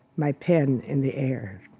my pen in the air.